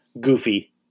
goofy